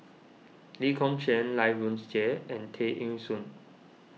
Lee Kong Chian Lai wounds Jie and Tay Eng Soon